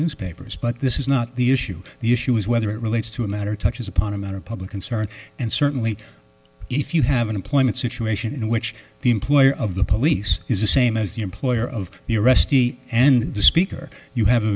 newspapers but this is not the issue the issue is whether it relates to a matter touches upon a matter of public concern and certainly if you have an employment situation in which the employer of the police is the same as the employer of the arrestee and the speaker you have a